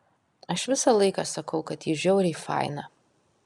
aš visą laiką sakau kad ji žiauriai faina